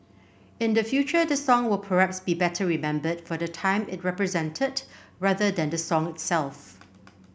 in the future this song will perhaps be better remembered for the time it represented rather than the song itself